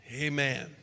Amen